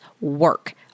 work